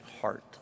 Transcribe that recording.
heart